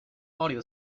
audio